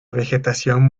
vegetación